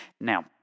Now